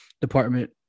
department